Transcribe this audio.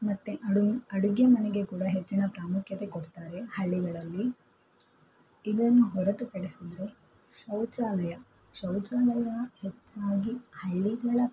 ಮತ್ತು ಅಡು ಅಡುಗೆ ಮನೆಗೆ ಕೂಡ ಹೆಚ್ಚಿನ ಪ್ರಾಮುಖ್ಯತೆ ಕೊಡ್ತಾರೆ ಹಳ್ಳಿಗಳಲ್ಲಿ ಇದನ್ನು ಹೊರತುಪಡಿಸಿದರೆ ಶೌಚಾಲಯ ಶೌಚಾಲಯ ಹೆಚ್ಚಾಗಿ ಹಳ್ಳಿಗಳ